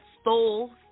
stole